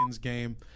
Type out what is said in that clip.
game